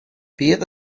bydd